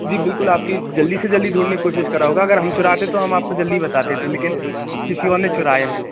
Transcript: जी बिल्कुल आपकी जल्दी से जल्दी ढूँढने की कोशिश करा होगा अगर हम चुराते तो हम आपको जल्दी बताते थे लेकिन किसी और ने चुराया है